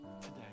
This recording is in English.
today